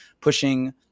pushing